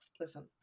Listen